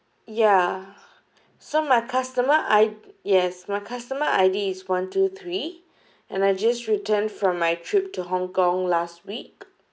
yeah so my customer I yes my customer I_D is one two three and I just returned from my trip to Hong-Kong last week